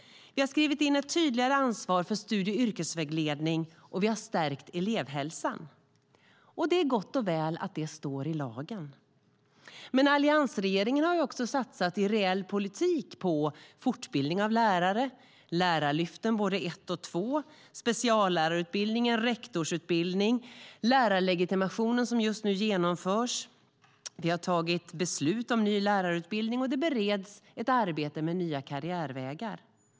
Vi har skrivit in ett tydligare ansvar för studie och yrkesvägledning, och vi har stärkt elevhälsan. Det är gott och väl att det står i lagen, men alliansregeringen har också satsat i reell politik på fortbildning av lärare, Lärarlyftet I och II, speciallärarutbildning, rektorsutbildning och lärarlegitimation, som just nu genomförs. Vi har tagit beslut om en ny lärarutbildning, och det bereds ett arbete med nya karriärvägar.